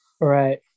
right